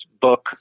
book